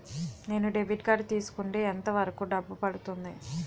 నేను debit card తీసుకుంటే ఎంత వరకు డబ్బు పడుతుంది?